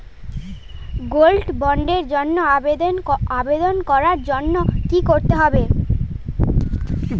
Gold বন্ডের জন্য আবেদন করার জন্য কি করতে হবে?